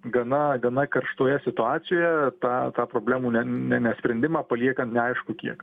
gana gana karštoje situacijoje tą tą problemų ne ne ne sprendimą paliekant neaišku kiek